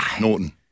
Norton